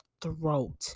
throat